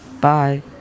Bye